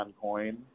coin